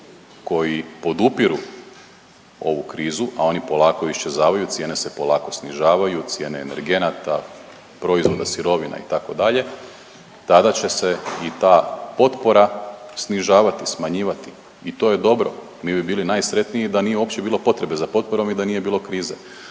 koji podupiru ovu krizu, a oni polako iščezavaju cijene se polako snižavaju, cijene energenata, proizvoda, sirovina itd. tada će se i ta potpora snižavati, smanjivati i to je dobro. Mi bi bili najsretniji da nije uopće bilo potrebe za potporom i da nije bilo krize.